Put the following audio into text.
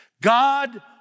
God